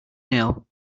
nail